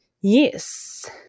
yes